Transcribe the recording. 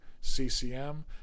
ccm